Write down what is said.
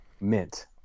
mint